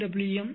m